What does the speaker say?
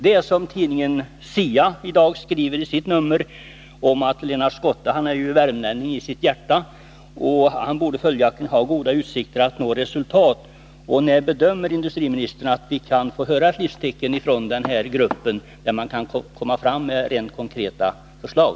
Såsom tidningen SIA skriver i det nummer som kommit ut i dag är Lennart Schotte värmlänningi sitt hjärta och borde följaktligen ha goda utsikter att nå resultat. När bedömer industriministern att den här gruppen kan lägga fram konkreta förslag?